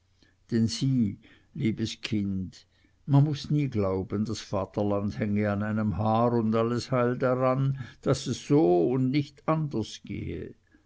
denn sieh liebes kind man muß nie glauben das vaterland hänge an einem haar und alles heil daran daß es so und nicht anders gehe